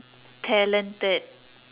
talented